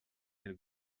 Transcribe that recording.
nel